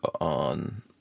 on